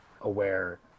aware